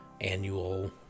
annual